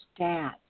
stats